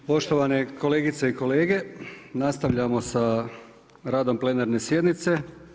Poštovane kolegice i kolege, nastavljamo sa radom plenarne sjednice.